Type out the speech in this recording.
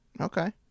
Okay